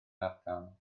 ardal